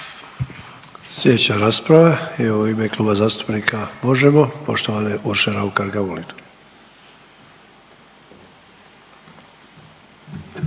Slijedeća rasprava je u ime Kluba zastupnika Možemo! poštovane Urše Raukar Gamulin.